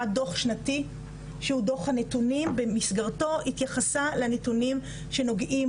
דוח שנתי שהוא דוח הנתונים במסגרתו התייחסה לנתונים שנוגעים